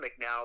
now